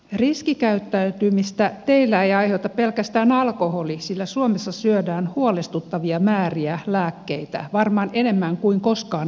riskikäyttäytymistä teillä ei aiheuta pelkästään alkoholi sillä suomessa syödään huolestuttavia määriä lääkkeitä varmaan enemmän kuin koskaan aikaisemmin